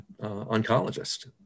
oncologist